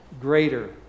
greater